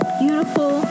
beautiful